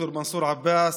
ד"ר מנסור עבאס,